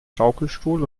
schaukelstuhl